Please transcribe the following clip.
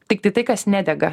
tiktai tai kas nedega